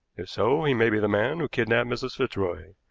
if so, he may be the man who kidnapped mrs. fitzroy.